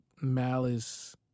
Malice